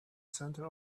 center